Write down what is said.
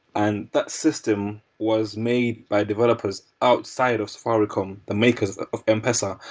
and that system was made by developers outside of safaricom, the makers of m-pesa,